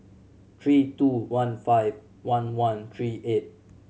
three two one five one one three eight